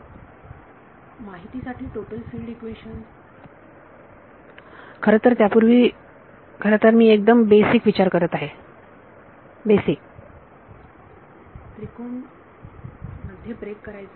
विद्यार्थी माहितीसाठी total field equation खरतर त्यापूर्वी खरंतर मी एकदम बेसिक विचार करत आहे विद्यार्थी त्रिकोणा मध्ये ब्रेक करायचे